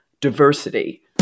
diversity